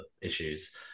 issues